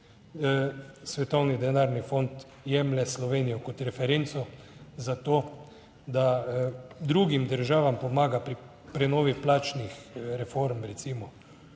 svetovni denarni fond jemlje Slovenijo kot referenco za to, da drugim državam pomaga pri prenovi plačnih reform recimo